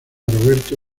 roberto